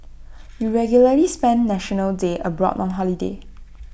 you regularly spend National Day abroad on holiday